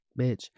bitch